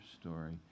story